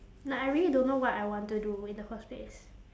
like I really don't know what I want to do in the first place